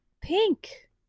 pink